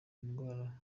indwara